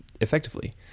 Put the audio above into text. effectively